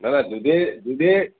না না দুধে দুধে